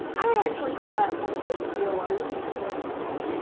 i would actually call that more of a teal or even turquoise.